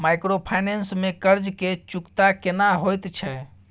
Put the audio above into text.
Microfinance में कर्ज के चुकता केना होयत छै?